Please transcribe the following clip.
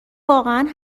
واقعا